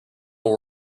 will